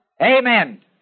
Amen